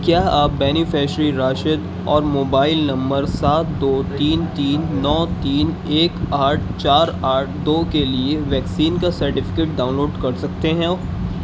کیا آپ بینیفشیری راشد اور موبائل نمبر سات دو تین تین نو تین ایک آٹھ چار آٹھ دو کے لیے ویکسین کا سرٹیفکیٹ ڈاؤن لوڈ کر سکتے ہیں